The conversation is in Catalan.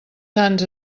sants